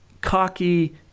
cocky –